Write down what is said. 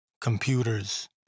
computers